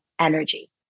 energy